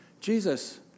Jesus